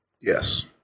Yes